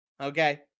okay